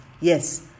Yes